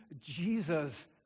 Jesus